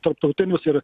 tarptautinius ir